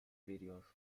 veriyor